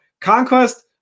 conquest